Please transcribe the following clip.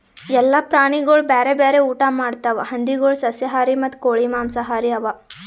ಎಲ್ಲ ಪ್ರಾಣಿಗೊಳ್ ಬ್ಯಾರೆ ಬ್ಯಾರೆ ಊಟಾ ಮಾಡ್ತಾವ್ ಹಂದಿಗೊಳ್ ಸಸ್ಯಾಹಾರಿ ಮತ್ತ ಕೋಳಿ ಮಾಂಸಹಾರಿ ಅವಾ